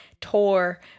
tour